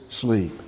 sleep